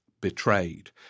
betrayed